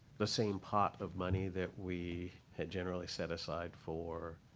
the same pot of money that we had generally set aside for